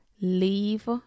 leave